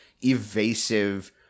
evasive